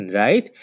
right